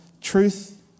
truth